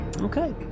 Okay